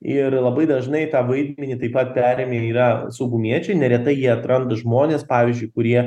ir labai dažnai tą vaidmenį taip pat perėmę yra saugumiečiai neretai jie atranda žmones pavyzdžiui kurie